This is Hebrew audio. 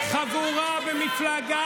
חבורה במפלגה